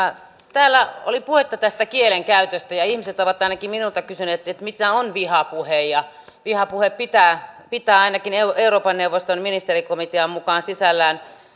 täällä oli puhetta tästä kielenkäytöstä ihmiset ovat ainakin minulta kysyneet mitä on vihapuhe vihapuhe pitää pitää ainakin euroopan neuvoston ministerikomitean mukaan sisällään